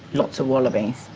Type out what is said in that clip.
lots of wallabies.